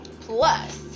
Plus